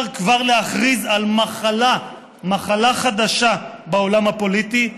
לא להפריע, חבר הכנסת חסון.